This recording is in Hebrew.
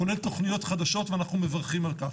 כולל תוכניות חדשות ואנחנו מברכים על כך.